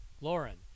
Lauren